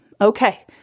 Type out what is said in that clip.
Okay